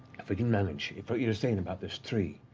if we can manage, if what you're saying about this tree,